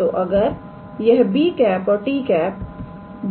तोअगर यह 𝑏̂ और 𝑡̂